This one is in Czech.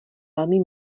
velmi